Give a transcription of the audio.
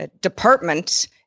department